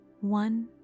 one